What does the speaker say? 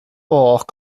och